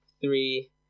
three